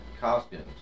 costumes